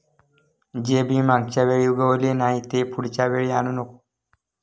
जे बी मागच्या वेळी उगवले नाही, ते पुढच्या वेळी आणू नको